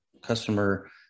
customer